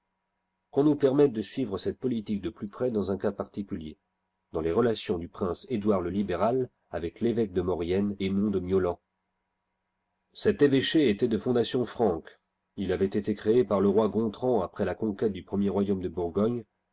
qu'on nous permette de suivre oette politique de plus près dans un cas particule dans les relations du prince edouard le libéral avec l'évêque de maurienne aymon de miolans cet évêché était de fondation franque il avait été créé par le roi gontramn après la conquête du premier royaume de bourgogne